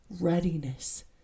readiness